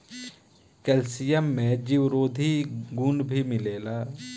calcium में जीवरोधी गुण भी मिलेला